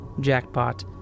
jackpot